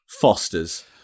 Fosters